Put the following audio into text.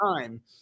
time